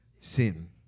Sin